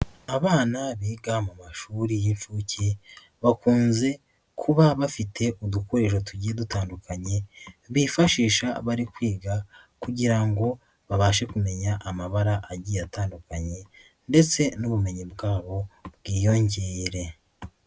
Abana biga mu mashuri y'incuke, bakunze kuba bafite udukoresho tugiye dutandukanye, bifashisha bari kwiga kugira ngo babashe kumenya amabara agiye atandukanye ndetse n'ubumenyi bwabo bwiyongere.